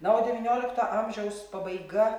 no o devyniolikto amžiaus pabaiga